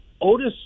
Otis